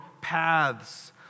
paths